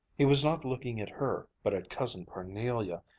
he was not looking at her, but at cousin parnelia,